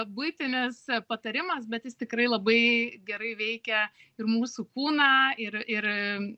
buitinis patarimas bet jis tikrai labai gerai veikia ir mūsų kūną ir ir